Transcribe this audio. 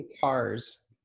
cars